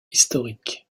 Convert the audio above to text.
historique